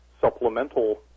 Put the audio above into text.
supplemental